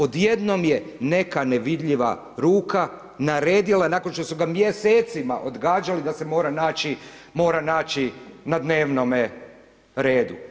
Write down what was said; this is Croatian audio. Odjednom je neka nevidljiva ruka naredila nakon što su ga mjesecima odgađali da se mora naći na dnevnome redu.